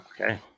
Okay